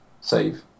save